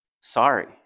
Sorry